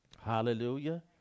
Hallelujah